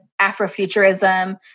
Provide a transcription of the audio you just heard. Afrofuturism